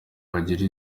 bagire